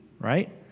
right